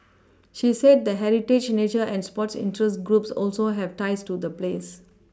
she said that heritage nature and sports interest groups also have ties to the place